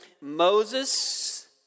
Moses